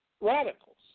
radicals